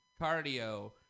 cardio